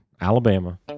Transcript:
Alabama